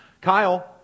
kyle